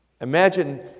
Imagine